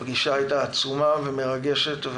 הפגישה הייתה עצומה ומרגשת,